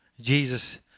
Jesus